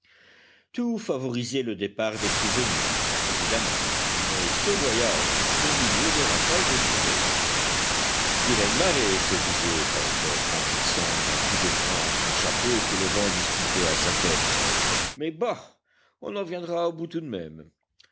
tout favorisait le départ des prisonniers évidemment mais ce voyage au milieu des rafales déchaînées vilaine marée se disait pencroff en fixant d'un coup de poing son chapeau que le vent disputait à sa tête mais bah on en viendra à bout tout de même